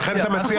ולכן אתה אומר,